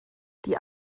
die